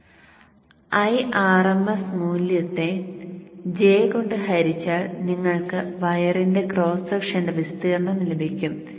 Irms മൂല്യത്തെ J കൊണ്ട് ഹരിച്ചാൽ നിങ്ങൾക്ക് വയറിന്റെ ക്രോസ് സെക്ഷന്റെ വിസ്തീർണ്ണം ലഭിക്കും